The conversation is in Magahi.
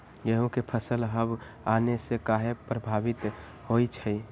गेंहू के फसल हव आने से काहे पभवित होई छई?